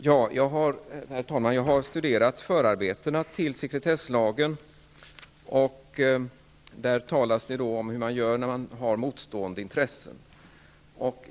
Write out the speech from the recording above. Herr talman! Jag har studerat förarbetena till sekretesslagen. Där talas det om hur man skall göra när det finns motstående intressen.